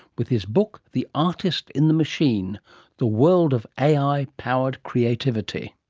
with his book, the artist in the machine the world of ai powered creativity.